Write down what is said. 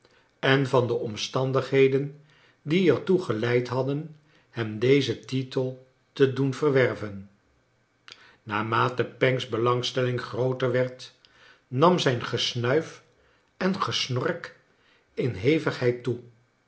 en van de omstandigheden die er toe geieid hadden hem dezen titel te doen verwerven naar mate pancks belangstelling grooter werd nam zijn gesnuif en gesnork in hevigheid toe